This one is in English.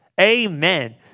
Amen